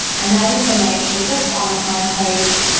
and that information just on the home page,